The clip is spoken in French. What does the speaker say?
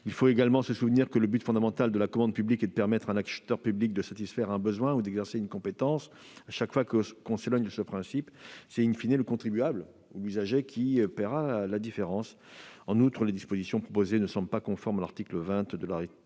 Il faut également se souvenir que le but fondamental de la commande publique est de permettre à un acheteur public de satisfaire un besoin ou d'exercer une compétence. Chaque fois que l'on s'éloigne de ce principe, c'est le contribuable ou l'usager qui paie la différence. En outre, les dispositions proposées ne semblent pas conformes à l'article 20 de la directive